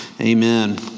Amen